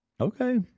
Okay